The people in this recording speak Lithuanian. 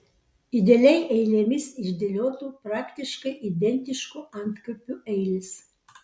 idealiai eilėmis išdėliotų praktiškai identiškų antkapių eilės